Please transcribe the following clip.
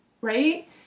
right